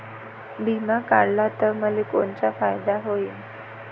बिमा काढला त मले कोनचा फायदा होईन?